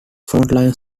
frontline